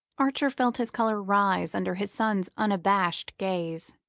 archer felt his colour rise under his son's unabashed gaze.